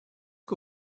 que